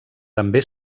també